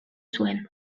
zuen